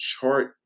chart